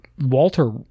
walter